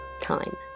time